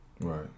Right